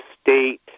state